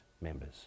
members